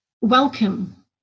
welcome